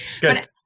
Good